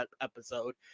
episode